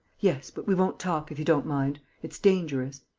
yes, but we won't talk, if you don't mind. it's dangerous.